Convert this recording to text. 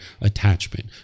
attachment